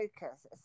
focus